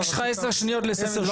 יש לך 10 שניות לסיים.